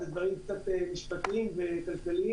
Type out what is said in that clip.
אלה דברים קצת משפטיים וכלכליים,